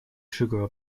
sugar